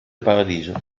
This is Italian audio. paradiso